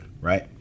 right